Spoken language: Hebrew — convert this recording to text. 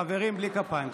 חברים, בלי כפיים.